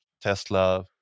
Tesla